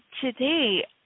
today